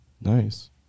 Nice